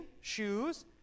shoes